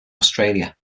australia